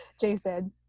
Jason